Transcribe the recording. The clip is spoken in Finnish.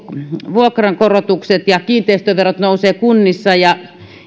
vuokrankorotuksista ja siitä kun kiinteistöverot nousevat kunnissa ja